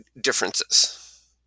differences